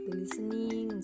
listening